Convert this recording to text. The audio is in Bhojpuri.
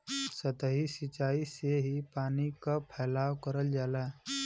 सतही सिचाई से ही पानी क फैलाव करल जाला